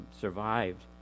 survived